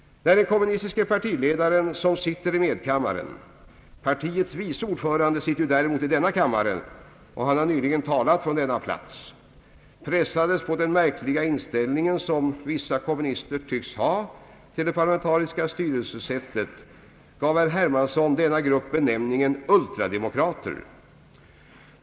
När den kommunistiske partiledaren som sitter i medkammaren — partiets vice ordförande sitter ju däremot i denna kammare och har nyligen talat från denna plats — under valrörelsen pressades på den märkliga inställning som vissa kommunister tycks ha till det parlamentariska styrelsesättet, gav herr Hermansson denna grupp benämningen »ultrademokrater».